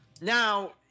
Now